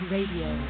Radio